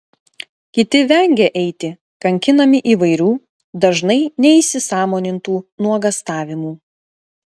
kiti vengia eiti kankinami įvairių dažnai neįsisąmonintų nuogąstavimų